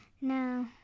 no